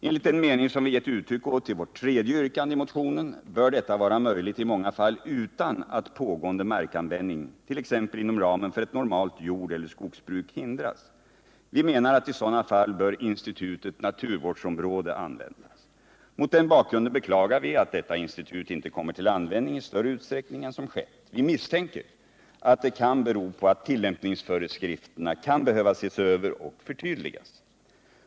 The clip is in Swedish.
Enligt den mening som vi gett uttryck åt i vårt tredje yrkande i motionen bör detta vara möjligt i många fall utan att pågående markanvändning, t.ex. inom ramen för ett normalt jordeller skogsbruk, hindras. Vi menar att i sådana fall bör institutet naturvårdsområde användas. Mot den bakgrunden beklagar vi att detta institut inte kommer till användning i större utsträckning än som skett. Vi misstänker att det kan bero på att tillämpningsföreskrifterna kan behöva ses över och förtydligas.